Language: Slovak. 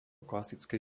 klasické